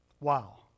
Wow